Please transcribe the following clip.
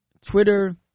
Twitter